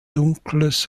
dunkles